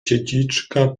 dziedziczka